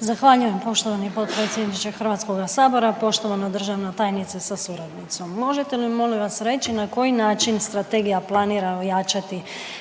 Zahvaljujem poštovani potpredsjedniče HS-a, poštovana državna tajnice sa suradnicom. Možete li, molim vas, reći na koji način Strategija planira ojačati